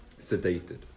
sedated